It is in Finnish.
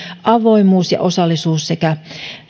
avoimuus ja osallisuus sekä